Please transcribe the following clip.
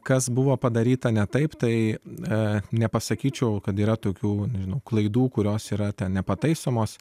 kas buvo padaryta ne taip tai nepasakyčiau kad yra tokių dažnų klaidų kurios yra ta nepataisomos